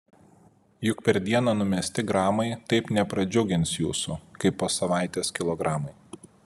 juk per dieną numesti gramai taip nepradžiugins jūsų kaip po savaitės kilogramai